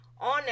on